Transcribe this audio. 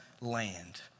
land